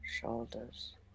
shoulders